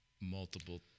multiple